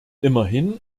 immerhin